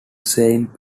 saint